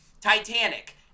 Titanic